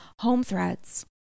HomeThreads